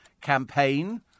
campaign